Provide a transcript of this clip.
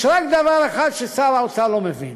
יש רק דבר אחד ששר האוצר לא מבין: